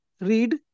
read